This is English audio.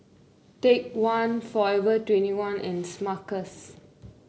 Take One Forever Twenty one and Smuckers